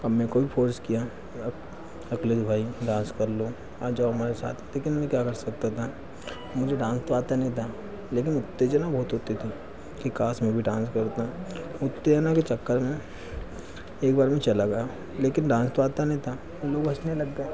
कोई फोर्स किया अब अगले के भाई डांस कर लो आ जाओ हमारे साथ लेकिन मैं क्या कर सकता था मुझे डांस तो आता नहीं था लेकिन उत्तेजना बहुत होती थी कि काश मैं भी डांस करता उत्तेजना के चक्कर में एक बार मैं चला गया लेकिन डांस तो आता नहीं था तो लोग हँसने लग गए